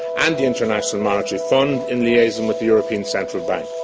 and the international monetary fund in liaison with the european central bank.